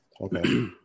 Okay